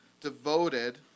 devoted